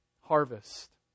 harvest